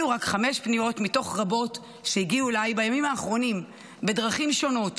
אלו רק חמש פניות מתוך רבות שהגיעו אליי בימים האחרונים בדרכים שונות,